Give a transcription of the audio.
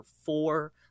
four